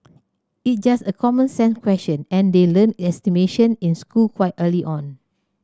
it's just a common sense question and they learn estimation in school quite early on